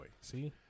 See